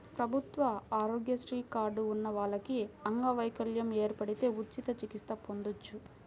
ప్రభుత్వ ఆరోగ్యశ్రీ కార్డు ఉన్న వాళ్లకి అంగవైకల్యం ఏర్పడితే ఉచిత చికిత్స పొందొచ్చు